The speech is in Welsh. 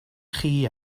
chi